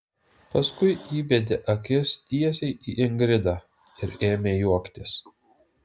paskui įbedė akis tiesiai į ingridą ir ėmė juoktis